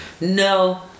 no